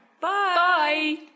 Bye